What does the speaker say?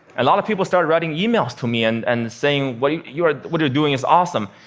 a lot of people started writing emails to me and and saying, what you're what you're doing is awesome.